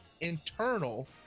internal